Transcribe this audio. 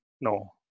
No